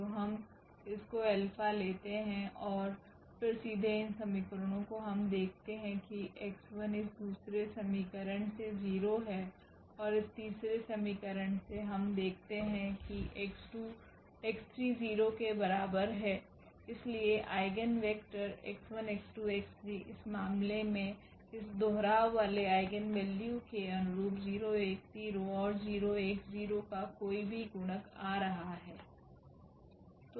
तो हम इस को अल्फा लेते हैं और फिर सीधे इन समीकरणों से हम देखते हैं कि x1 इस दूसरे समीकरण से 0 है और इस तीसरे समीकरण से हम देखते हैं कि x3 0 के बराबर है इसलिए eigen vector x1 x2 x3 इस मामले में इस दोहराव वाले आइगेन वैल्यू के अनुरूप 0 1 0 और 0 1 0 का कोई भी गुणक आ रहा है